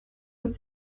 und